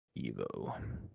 Evo